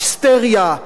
היסטריה,